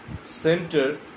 center